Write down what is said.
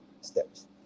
steps